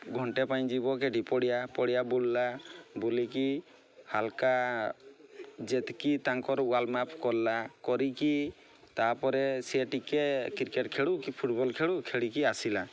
ଘଣ୍ଟେ ପାଇଁ ଯିବ କେ ଜି ପଡ଼ିଆ ପଡ଼ିଆ ବୁଲିଲା ବୁଲିକି ହାଲକା ଯେତିକି ତାଙ୍କର ୱାଲ୍ ମ୍ୟାପ୍ କଲା କରିକି ତାପରେ ସିଏ ଟିକେ କ୍ରିକେଟ୍ ଖେଳୁ କି ଫୁଟବଲ୍ ଖେଳୁ ଖେଳିକି ଆସିଲା